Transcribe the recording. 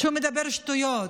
שהוא מדבר שטויות,